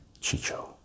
Chicho